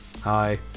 Hi